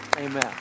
Amen